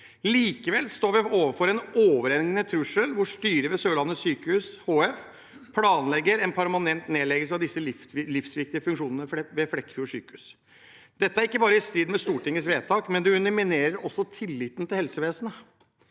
Likevel står vi overfor en overhengende trussel hvor styret ved Sørlandet sykehus HF planlegger en permanent nedleggelse av disse livsviktige funksjonene ved Flekkefjord sykehus. Dette er ikke bare i strid med Stortingets vedtak, men det underminerer også tilliten til helsevesenet.